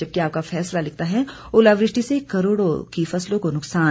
जबकि आपका फैसला लिखता है ओलावृष्टि से करोड़ों की फसलों को नुक्सान